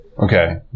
Okay